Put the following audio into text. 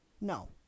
no